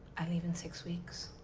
i leave in six weeks.